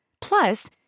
Plus